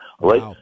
right